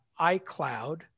iCloud